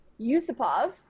Yusupov